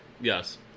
Yes